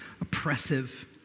oppressive